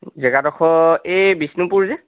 জেগাডোখৰ এই বিষ্ণুপুৰ যে